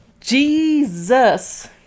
Jesus